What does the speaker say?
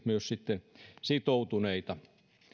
myös sitoutuneita